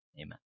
Amen